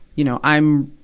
you know, i'm,